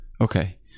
Okay